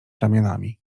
ramionami